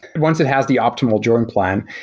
once it has the optimal join plan,